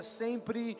sempre